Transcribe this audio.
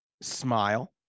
Smile